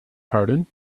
pardon